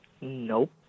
Nope